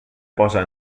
posa